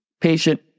patient